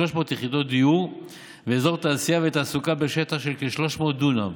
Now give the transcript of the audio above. יחידות דיור ואזור תעשייה ותעסוקה בשטח של כ-300 דונם.